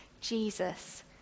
Jesus